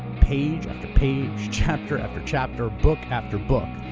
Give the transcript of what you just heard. page after page, chapter after chapter, book after book,